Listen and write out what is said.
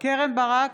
קרן ברק,